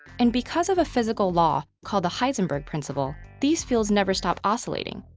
and because of a physical law called the heisenberg principle, these fields never stop oscillating,